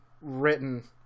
written